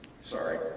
sorry